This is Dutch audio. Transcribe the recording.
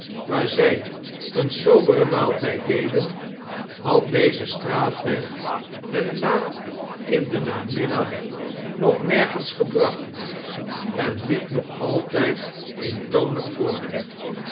waar zij een soberen maaltijd deden had deze straatweg hen laat in den namiddag nog nergens gebracht en liep nog altijd eentonig voort